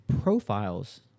profiles